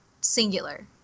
singular